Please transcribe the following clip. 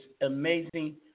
amazing